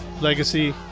Legacy